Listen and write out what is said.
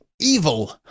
Evil